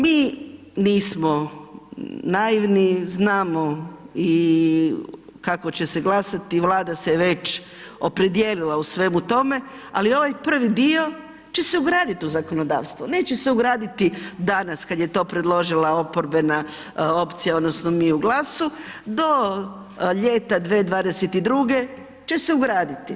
Mi nismo naivni, znamo i kako će se glasati, Vlada se je već opredijelila u svemu tome, ali ovaj prvi dio će se ugradit u zakonodavstvo, neće se ugraditi danas kad je to predložila oporbena opcija odnosno mi u GLAS-u, do ljeta 2022. će se ugraditi.